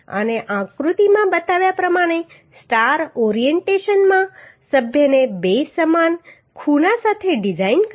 અને આકૃતિમાં બતાવ્યા પ્રમાણે સ્ટાર ઓરિએન્ટેશનમાં સભ્યને 2 સમાન ખૂણા સાથે ડિઝાઇન કરો